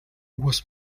was